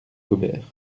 gobert